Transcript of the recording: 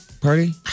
party